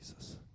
Jesus